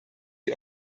die